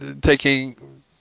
taking